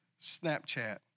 Snapchat